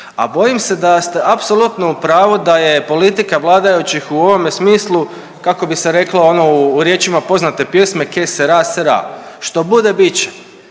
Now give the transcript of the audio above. A bojim se da ste apsolutno u pravu da je politika vladajućih u ovome smislu kako bi se reklo ono u riječima poznate pjesme Que Sera, Sera, što bude bit